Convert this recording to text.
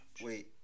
Wait